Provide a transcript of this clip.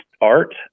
art